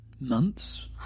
months